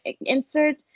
insert